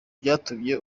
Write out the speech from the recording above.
byatumye